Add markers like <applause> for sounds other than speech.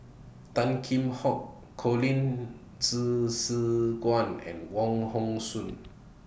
Tan Kheam Hock Colin <unintelligible> Quan and Wong Hong Suen